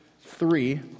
three